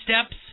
Steps